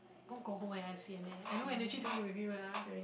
I want go home eh I sian eh I no energy to eat with you lah